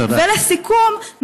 תודה.